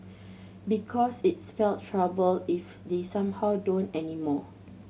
because it'd spell trouble if they somehow don't anymore